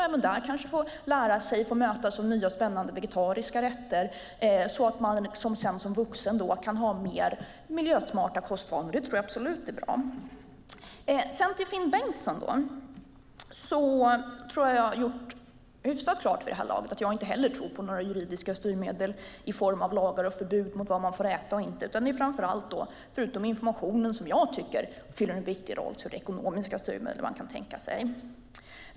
Även där kan barnen få möta nya och spännande vegetariska rätter som ger dem som vuxna mer miljösmarta kostvanor. Det är absolut bra. Jag tror att jag har gjort hyfsat klart, Finn Bengtsson, att jag inte heller tror på några juridiska styrmedel i form av lagar och förbud mot vad man får äta eller inte. Förutom information, som jag tycker fyller en viktig roll, är det fråga om ekonomiska styrmedel.